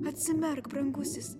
atsimerk brangusis